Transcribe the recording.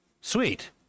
Sweet